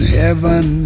heaven